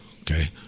okay